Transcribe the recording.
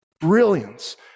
brilliance